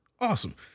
Awesome